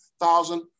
thousand